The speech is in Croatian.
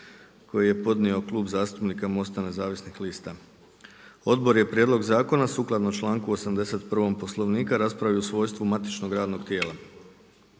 koji je podnio Klub zastupnika MOST-a Nezavisnih lista. Odbor je prijedlog zakona sukladno članku 81. Poslovnika raspravio u svojstvu matičnog radnog tijela.